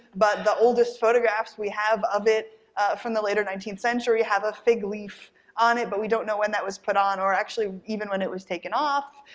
but the oldest photographs we have of it from the later nineteenth century have a fig leaf on it but we don't know when that was put on or actually even when it was taken off,